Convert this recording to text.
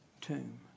tomb